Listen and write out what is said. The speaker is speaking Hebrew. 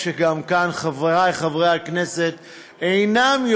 חבר הכנסת אמיר אוחנה,